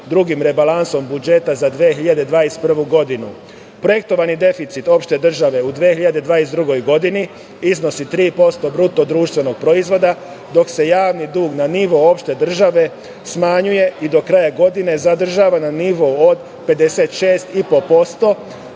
drugim rebalansom budžeta za 2021. godinu. Projektovani deficit uopšte države u 2022. godini iznosi 3% BDP, dok se javni dug na nivo opšte države smanjuje i do kraja godine zadržava na nivou od 56,5%